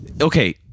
Okay